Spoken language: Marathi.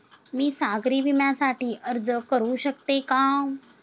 मी सागरी विम्यासाठी अर्ज करू शकते का?